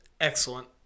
excellent